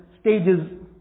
stages